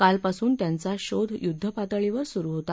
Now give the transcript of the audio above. कालपासून त्यांचा शोध युद्धपातळीवर सुरू होता